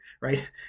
right